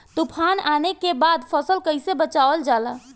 तुफान आने के बाद फसल कैसे बचावल जाला?